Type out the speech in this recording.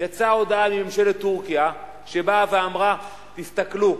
יצאה הודעה מממשלת טורקיה שאמרה: תסתכלו,